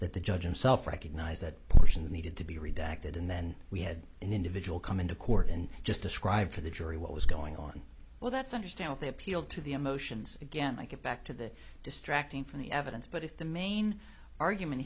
judge himself recognized that portions needed to be redacted and then we had an individual come into court and just describe for the jury what was going on well that's understand if they appeal to the emotions again i get back to the distracting from the evidence but if the main argument